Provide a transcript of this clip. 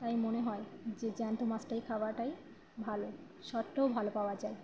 তাই মনে হয় যে জ্যান্ত মাছটাই খাওয়াটাই ভাল সবটাই ভাল পাওয়া যায়